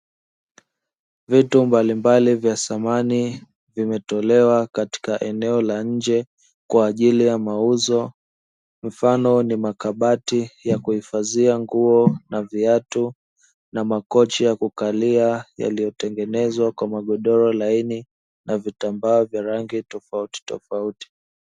Vitu mbalimbali vya thamani vimetolewa katika eneo la nje kwa ajili ya mauzo mfano ni makabati ya kuhifadhia nguo na viatu na makochi ya kukalia, yaliotengenezwa kwa magodoro laini na vitambaa vya rangi tofauti tofauti.